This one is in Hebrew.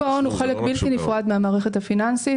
שוק ההון הוא חלק בלתי נפרד מהמערכת הפיננסית.